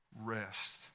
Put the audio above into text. rest